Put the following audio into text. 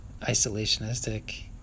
isolationistic